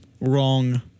Wrong